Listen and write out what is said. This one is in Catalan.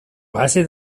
base